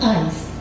ice